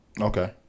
okay